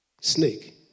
Snake